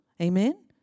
Amen